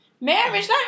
marriage